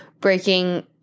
breaking